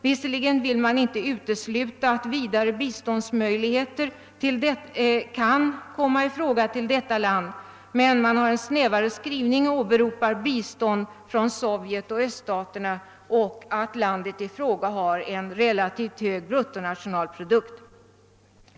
Visserligen vill man inte utesluta att vidare biståndsinsatser för detta land kan komma i fråga, men man har en snävare skrivning och åberopar bistånd från Sovjet och Öststaterna och säger att landet har en relativt hög bruttonationalprodukt.